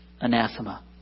Anathema